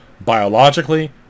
Biologically